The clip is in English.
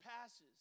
passes